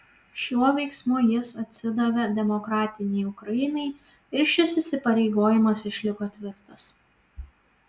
šiuo veiksmu jis atsidavė demokratinei ukrainai ir šis įsipareigojimas išliko tvirtas